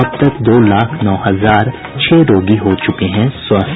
अब तक दो लाख नौ हजार छह रोगी हो चुके हैं स्वस्थ